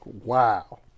Wow